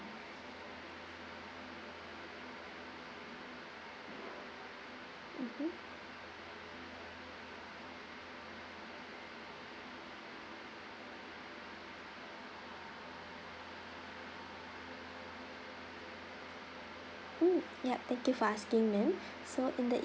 mmhmm mm yup thank you for asking ma'am so in the